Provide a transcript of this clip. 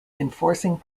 enforcing